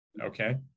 Okay